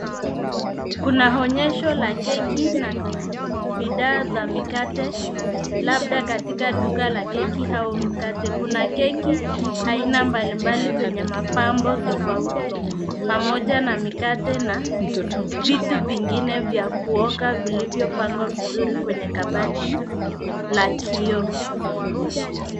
Kuna onyesho la keki na bidhaa za mikate labda katika duka la keki au mkate. Kuna keki aina mbalimbali zenye mapambo tofauti pamoja na mikate na vitu vingine vya kuoka vilivyopangwa vizuri kwenye kabati la kioo.